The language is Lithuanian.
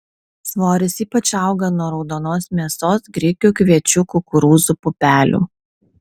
svoris ypač auga nuo raudonos mėsos grikių kviečių kukurūzų pupelių